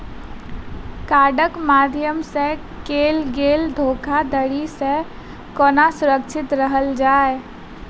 कार्डक माध्यम सँ कैल गेल धोखाधड़ी सँ केना सुरक्षित रहल जाए?